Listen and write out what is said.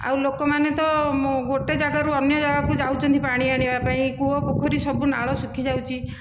ଆଉ ଲୋକମାନେ ତ ଗୋଟେ ଜାଗାରୁ ଅନ୍ୟ ଜାଗାକୁ ଯାଉଛନ୍ତି ପାଣି ଆଣିବା ପାଇଁ କୂଅ ପୋଖରୀ ସବୁ ନାଳ ଶୁଖିଯାଉଛି